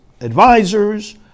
advisors